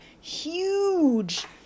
huge